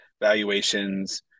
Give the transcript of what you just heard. valuations